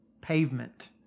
pavement